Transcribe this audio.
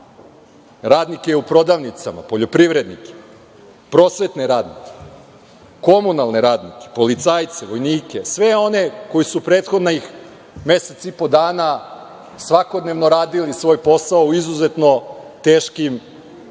radnike u prodavnicama, poljoprivrednike, prosvetne radnike, komunalne radnike, policajce, vojnike, sve one koji su prethodnih mesec i po dana svakodnevno radili svoj posao u izuzetno teškim i rizičnim